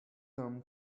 them